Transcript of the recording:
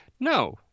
no